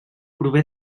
prové